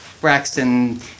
Braxton